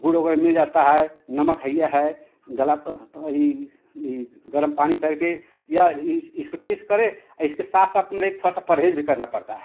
गुड़ वग़ैरह मिल जाता है नमक है ही गला भी गर्म पानी करके या इस इसको ठीक से करे इसके साथ साथ मतलब कि थोड़ा सा परहेज़ भी करना पड़ता है